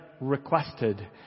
requested